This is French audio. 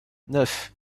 neuf